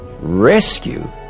Rescue